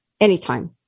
anytime